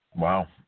Wow